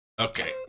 Okay